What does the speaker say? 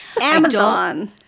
Amazon